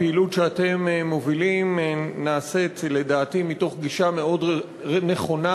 הפעילות שאתם מובילים נעשית לדעתי מתוך גישה מאוד נכונה,